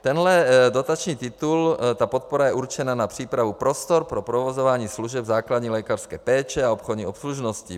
Tenhle dotační titul, ta podpora je určena na přípravu prostor pro provozování služeb základní lékařské péče a obchodní obslužnosti.